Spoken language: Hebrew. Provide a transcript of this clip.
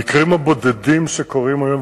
המקרים הבודדים שקורים היום,